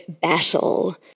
battle